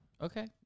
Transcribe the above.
Okay